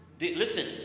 Listen